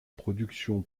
production